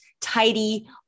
tidy